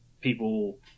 people